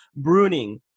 bruning